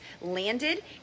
landed